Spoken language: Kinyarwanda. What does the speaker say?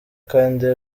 kandi